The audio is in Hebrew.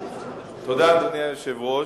תודה, אדוני היושב-ראש.